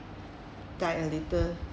die a little